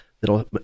that'll